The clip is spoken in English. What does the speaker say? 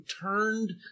turned